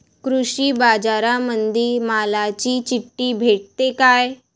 कृषीबाजारामंदी मालाची चिट्ठी भेटते काय?